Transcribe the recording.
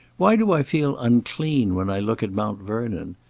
why do i feel unclean when i look at mount vernon?